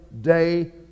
day